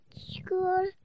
school